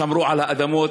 שמרו על האדמות.